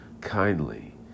kindly